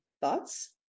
Thoughts